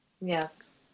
Yes